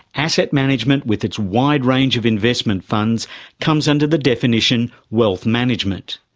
asset management with its wide range of investment funds comes under the definition wealth management.